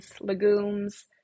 legumes